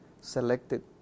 selected